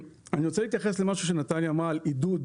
אני רוצה להתייחס למשהו שנטליה אמרה על עידוד